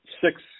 six